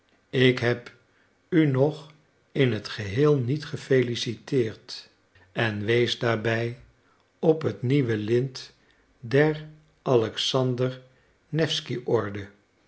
ik heb u nog in het geheel niet gefeliciteerd en wees daarbij op het nieuwe lint der